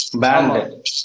banned